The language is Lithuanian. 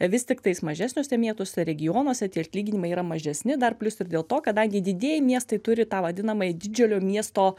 vis tiktais mažesniuose miestuose regionuose tie atlyginimai yra mažesni dar plius ir dėl to kadangi didieji miestai turi tą vadinamąjį didžiulio miesto